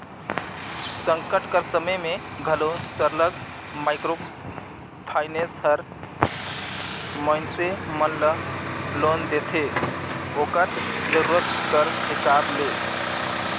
संकट कर समे में घलो सरलग माइक्रो फाइनेंस हर मइनसे मन ल लोन देथे ओकर जरूरत कर हिसाब ले